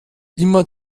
immer